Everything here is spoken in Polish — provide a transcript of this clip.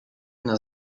nas